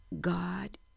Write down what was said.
God